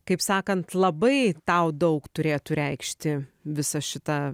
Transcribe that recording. kaip sakant labai tau daug turėtų reikšti visa šita